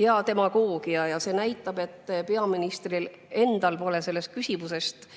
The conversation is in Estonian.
ja demagoogia. See näitab, et peaministril endal pole sellest küsimusest